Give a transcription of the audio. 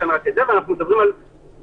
והם מקבלים מיתוג אבל ברגע שהם יקבלו